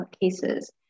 cases